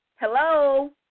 hello